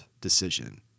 decision